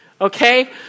Okay